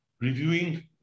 reviewing